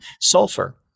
sulfur